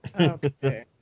Okay